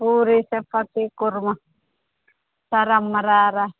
పూరీ చపాతీ కుర్మా సరమ్మ రార